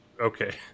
Okay